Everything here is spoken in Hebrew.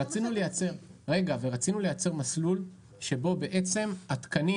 רצינו לייצר מסלול שבו התקנים